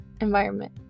environment